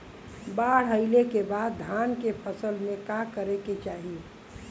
बाढ़ आइले के बाद धान के फसल में का करे के चाही?